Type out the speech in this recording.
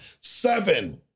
Seven